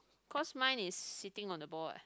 cause mine is sitting on the ball what